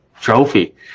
trophy